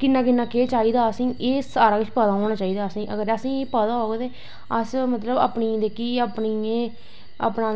किन्ना किन्ना केह् होना चाही दा एह् सारा पता होना चाही दा असेंगी अगर असेंगी एह् पता होग ते अस मतलव अपनी जेह्की अपना